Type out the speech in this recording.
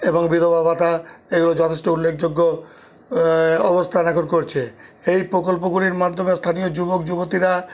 এবং বিধবা ভাতা এগুলো যথেষ্ট উল্লেখযোগ্য অবস্থা দখল করছে এই প্রকল্পগুলির মাধ্যমে স্থানীয় যুবক যুবতীরা